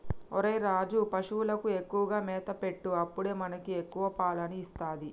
ఒరేయ్ రాజు, పశువులకు ఎక్కువగా మేత పెట్టు అప్పుడే మనకి ఎక్కువ పాలని ఇస్తది